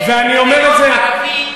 להיות ערבי,